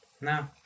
No